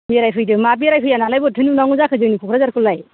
बेरायफैदो मा बेरायफैया नालाय बोरैथो नुनांगौ जाखो जोंनि क'क्राझारखौलाय